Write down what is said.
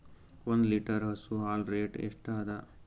ಒಂದ್ ಲೀಟರ್ ಹಸು ಹಾಲ್ ರೇಟ್ ಎಷ್ಟ ಅದ?